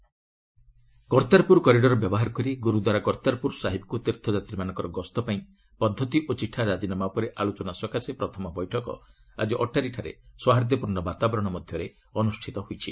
କର୍ତ୍ତାରପ୍ନର meet Kartarpur corridor ବ୍ୟବହାର କରି ଗୁରୁଦ୍ୱାରା କର୍ତ୍ତାରପୁର ସାହିବ୍କୁ ତୀର୍ଥ ଯାତ୍ରୀମାନଙ୍କ ଗସ୍ତ ପାଇଁ ପଦ୍ଧତି ଓ ଚିଠା ରାଜିନାମା ଉପରେ ଆଲୋଚନା ସକାଶେ ପ୍ରଥମ ବୈଠକ ଆଜି ଅଟ୍ଟାରିଠାରେ ସୋହାର୍ଦ୍ଦପୂର୍ଣ୍ଣ ବାତାବରଣ ମଧ୍ୟରେ ଅନ୍ରଷ୍ଠିତ ହୋଇଛି